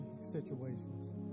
situations